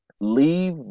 Leave